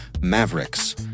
Mavericks